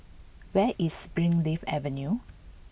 where is Springleaf Avenue